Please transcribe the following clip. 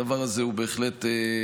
הדבר הזה הוא בהחלט חשוב.